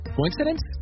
Coincidence